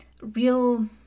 real